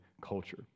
culture